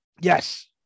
Yes